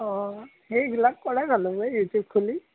অঁ সেইবিলাক কৰাই ভাল হ'বো এই ইউটিউব খুলি